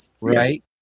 Right